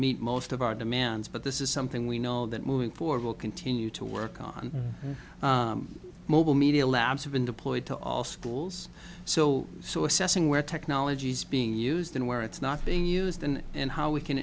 meet most of our demands but this is something we know that moving for will continue to work on mobile media labs have been deployed to all schools so so assessing where technology is being used and where it's not being used in and how we can